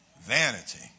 Vanity